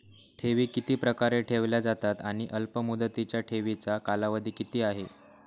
ठेवी किती प्रकारे ठेवल्या जातात आणि अल्पमुदतीच्या ठेवीचा कालावधी किती आहे?